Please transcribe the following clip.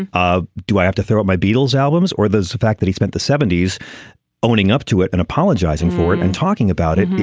ah do i have to throw up my beatles albums or there's the fact that he spent the seventy s owning up to it and apologizing for it and talking about it.